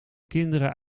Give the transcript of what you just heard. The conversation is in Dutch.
kinderen